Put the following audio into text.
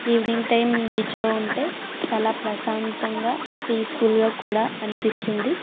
evening time బీచ్లో ఉంటే చాలా ప్రశాంతంగా పీస్ ఫుల్గా కూడా అనిపిస్తుంది